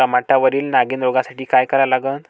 टमाट्यावरील नागीण रोगसाठी काय करा लागन?